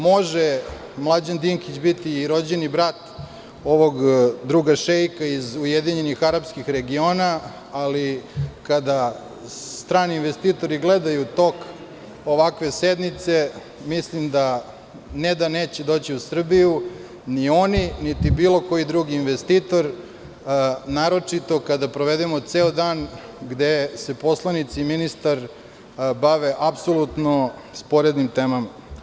Može Mlađan Dinkić biti i rođeni brat ovog druga šeika iz Ujedinjenih Arapskih Regiona, ali kada strani investitori gledaju tok ovakve sednice mislim da ne da neće doći u Srbiju ni oni, niti bilo koji drugi investitor, naročito kada provedemo ceo dan gde se poslanici i ministar bave apsolutno sporednim temama.